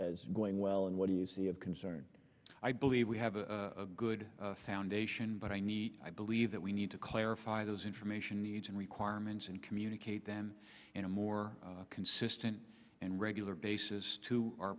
going well and what do you see of concern i believe we have a good foundation but i need i believe that we need to clarify those information needs and requirements and communicate them in a more consistent and regular basis to our